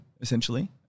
essentially